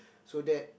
so that